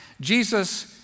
Jesus